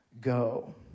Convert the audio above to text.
go